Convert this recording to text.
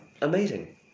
Amazing